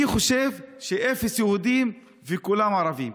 אני חושב שאפס יהודים וכולם ערבים.